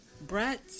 Brett